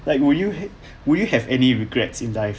like would you have would you have any regrets in life